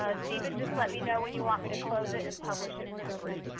ah stephen, just let me know when you want me to close it and publish it for the group.